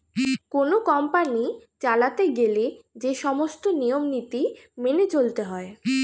কোন কোম্পানি চালাতে গেলে যে সমস্ত নিয়ম নীতি মেনে চলতে হয়